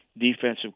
defensive